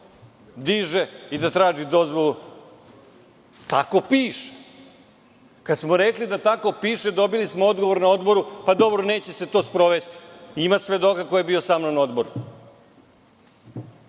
diže i da traži dozvolu. Tako piše. Kada smo rekli da tako piše, dobili smo odgovor na odboru – pa, dobro, neće se to sprovesti. Ima svedoka ko je bio samnom na odboru. Da